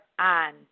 on